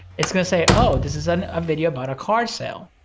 it's gonna say, oh, this is and a video about a car sale.